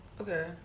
Okay